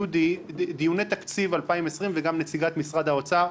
דודי וגם נציגת משרד האוצר,